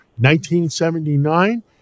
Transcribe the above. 1979